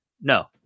no